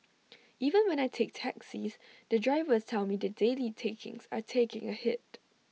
even when I take taxis the drivers tell me the daily takings are taking A hit